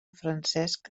francesc